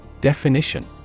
Definition